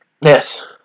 Yes